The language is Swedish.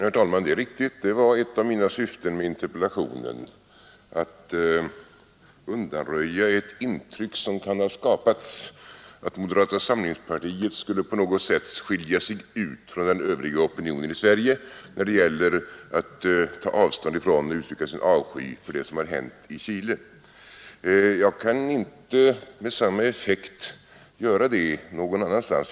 Herr talman! Det är riktigt att det var ett av mina syften med interpellationen att undanröja ett intryck som kan ha skapats att moderata samlingspartiet skulle på något sätt skilja sig ut från den övriga opinionen i Sverige när det gäller att ta avstånd från och uttrycka sin avsky över det som har hänt i Chile. Jag kan inte med samma effekt göra det någon annanstans.